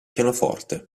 pianoforte